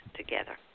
together